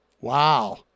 Wow